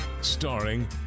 starring